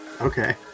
Okay